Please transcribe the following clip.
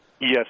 Yes